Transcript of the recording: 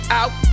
out